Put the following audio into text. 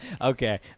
Okay